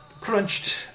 crunched